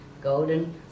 golden